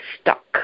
stuck